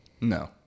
No